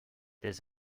des